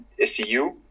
SCU